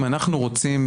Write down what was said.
אם אנחנו רוצים,